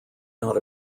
not